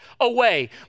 away